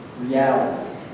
reality